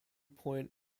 point